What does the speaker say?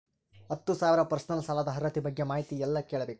ಹತ್ತು ಸಾವಿರ ಪರ್ಸನಲ್ ಸಾಲದ ಅರ್ಹತಿ ಬಗ್ಗೆ ಮಾಹಿತಿ ಎಲ್ಲ ಕೇಳಬೇಕು?